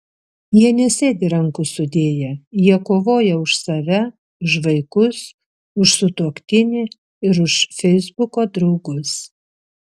jie nesėdi rankų sudėję jie kovoja už save už vaikus už sutuoktinį ir už feisbuko draugus